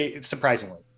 surprisingly